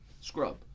Scrub